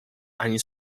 ani